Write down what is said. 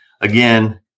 Again